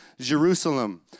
Jerusalem